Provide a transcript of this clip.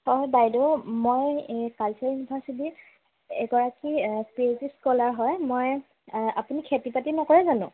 হয় বাইদেউ মই এই কালচাৰেল ইউনিভাৰ্চিটিত এগৰাকী পি এইচ ডি স্ক'লাৰ হয় মই আপুনি খেতি বাতি নকৰে জানো